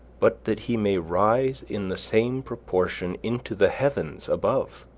but that he may rise in the same proportion into the heavens above